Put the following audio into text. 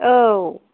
औ